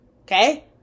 Okay